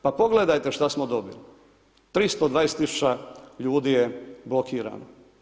Pa pogledajte što smo dobili 320 tisuća ljudi je blokirano.